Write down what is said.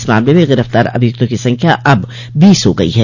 इस मामले में गिरफ्तार अभियुक्तों की संख्या अब बीस हो गई है